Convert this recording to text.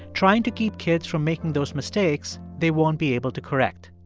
trying to keep kids from making those mistakes they won't be able to correct.